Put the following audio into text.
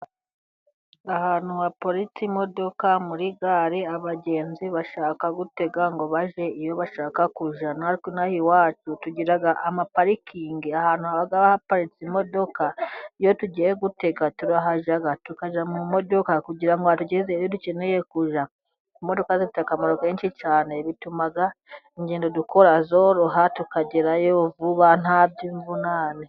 Ahantu haparitse imodoka muri gare abagenzi bashaka gutega ngo baje iyo bashaka. Natwe inaha iwacu hari amaparikingi aparitsemo imodoka, iyo tugiye gutega turahajya mu modoka kugirango zitugeze aho dukeneye. Zifite akamaro kenshi cyane bituma ingendo dukora zoroha tukagerayo vuba nta by'imvunane.